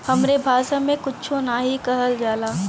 हमरे भासा मे कुच्छो नाहीं कहल जाला